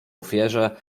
ofierze